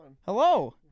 Hello